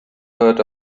heard